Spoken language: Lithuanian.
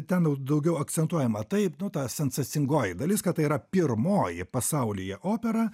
ten daugiau akcentuojama taip nu ta sensacingoji dalis kad tai yra pirmoji pasaulyje opera